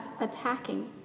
attacking